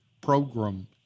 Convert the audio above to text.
program